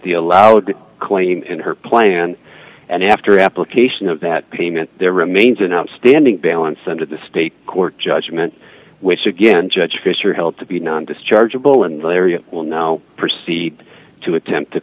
the allowed claim in her plan and after application of that payment there remains an outstanding balance under the state court judgment which again judge fisher held to be non dischargeable in the area will now proceed to attempt to